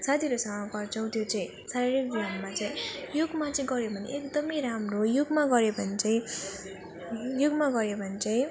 साथीहरूसँग गर्छौँ त्यो चाहिँ शारीरिक व्यायाम चाहिँ योगमा चाहिँ गऱ्यो भने एकदम राम्रो हो योगमा गऱ्यो भने चाहिँ योगमा गऱ्यो भने चाहिँ